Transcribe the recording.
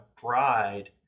bride